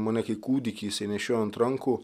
mane kai kūdikį jisai nešioja ant rankų